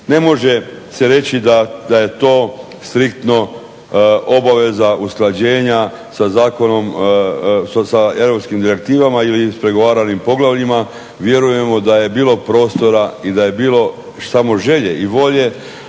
Ne može se reći da je to striktno obaveza usklađenja sa zakonom, sa europskim direktivama ili ispregovaranim poglavljima. Vjerujemo da je bilo prostora i da je bilo samo želje i volje